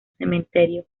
cementerio